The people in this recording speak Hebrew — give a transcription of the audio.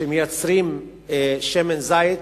שמייצרים שמן זית.